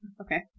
Okay